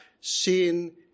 sin